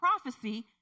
prophecy